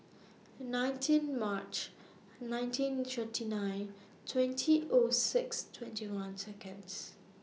nineteen March nineteen thirty nine twenty O six twenty one Seconds